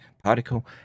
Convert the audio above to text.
particle